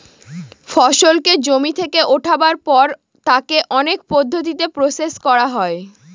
ফসলকে জমি থেকে উঠাবার পর তাকে অনেক পদ্ধতিতে প্রসেস করা হয়